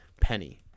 penny